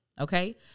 Okay